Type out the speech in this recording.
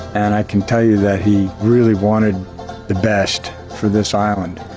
and i can tell you that he really wanted the best for this island.